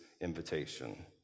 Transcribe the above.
invitation